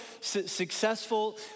successful